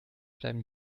bleiben